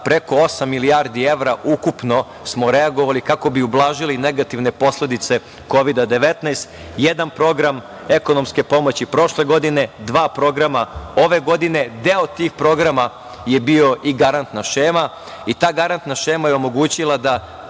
preko osam milijardi evra ukupno, kako bi ublažili negativne posledice Kovida - 19, jedan program ekonomske pomoći prošle godine, dva programa ove godine. Deo tih programa je bio i garantna šema i ta garantna šema je omogućila da